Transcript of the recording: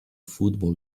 football